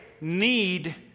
need